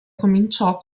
cominciò